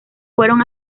fueron